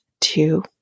two